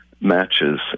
matches